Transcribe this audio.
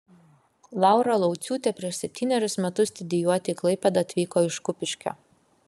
laura lauciūtė prieš septynerius metus studijuoti į klaipėdą atvyko iš kupiškio